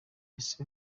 ese